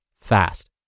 fast